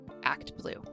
ActBlue